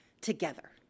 together